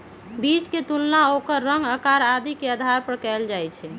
बीज के तुलना ओकर रंग, आकार आदि के आधार पर कएल जाई छई